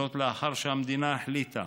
זאת, לאחר שהמדינה החליטה